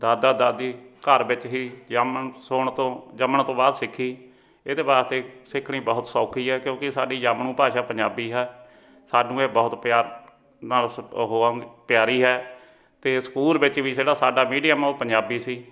ਦਾਦਾ ਦਾਦੀ ਘਰ ਵਿੱਚ ਹੀ ਜੰਮਣ ਸੁਣ ਤੋਂ ਜੰਮਣ ਤੋਂ ਬਾਅਦ ਸਿੱਖੀ ਇਹਦੇ ਵਾਸਤੇ ਸਿੱਖਣੀ ਬਹੁਤ ਸੌਖੀ ਹੈ ਕਿਉਂਕਿ ਸਾਡੀ ਜਾਮਣੂ ਭਾਸ਼ਾ ਪੰਜਾਬੀ ਹੈ ਸਾਨੂੰ ਇਹ ਬਹੁਤ ਪਿਆਰ ਨਾਲ ਉਸ ਉਹ ਹੈ ਵ ਪਿਆਰੀ ਹੈ ਅਤੇ ਸਕੂਲ ਵਿੱਚ ਵੀ ਜਿਹੜਾ ਸਾਡਾ ਮੀਡੀਅਮ ਉਹ ਪੰਜਾਬੀ ਸੀ